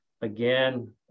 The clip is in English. Again